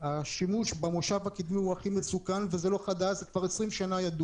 השימוש במושב הקדמי הוא הכי מסוכן וזה לא חדש אלא ידוע כבר 20 שנים.